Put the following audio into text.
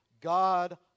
God